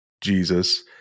Jesus